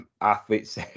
athletes